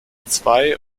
zwei